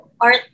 Art